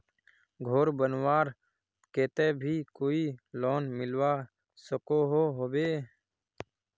घोर बनवार केते भी कोई लोन मिलवा सकोहो होबे?